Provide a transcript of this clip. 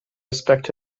respect